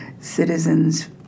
citizens